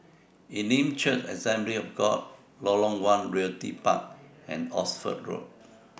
Elim Church Assembly of God Lorong one Realty Park and Oxford Road